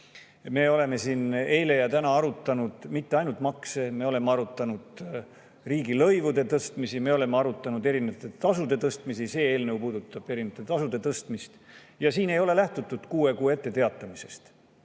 Me oleme siin eile ja täna arutanud mitte ainult makse, me oleme arutanud riigilõivude tõstmist, ja me oleme arutanud erinevate tasude tõstmist, see eelnõu puudutab erinevate tasude tõstmist, ja siin ei ole lähtutud kuue kuu [pikkusest]